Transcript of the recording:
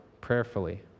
prayerfully